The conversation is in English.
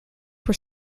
were